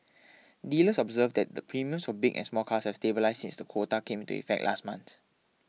dealers observed that the premiums for big and small cars have stabilised since the quota came into effect last month